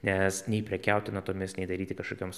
nes nei prekiauti natomis nei daryti kažkokioms